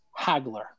Hagler